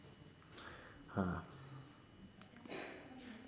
oh